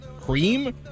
cream